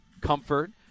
comfort